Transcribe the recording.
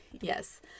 yes